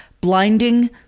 blinding